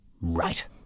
Right